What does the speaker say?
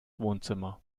wohnzimmer